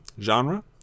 genre